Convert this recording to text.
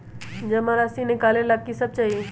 जमा राशि नकालेला कि सब चाहि?